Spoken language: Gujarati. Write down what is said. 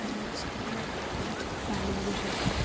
અને સારા પાડી બી શકું છું